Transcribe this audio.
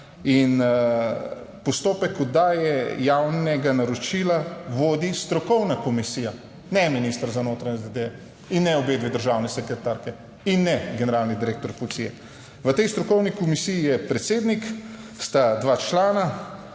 Postopek oddaje javnega naročila vodi strokovna komisija, ne minister za notranje zadeve in ne obe dve državni sekretarki in ne generalni direktor policije. V tej strokovni komisiji je predsednik, sta dva člana